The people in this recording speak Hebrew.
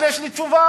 אבל יש לי תשובה.